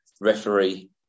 referee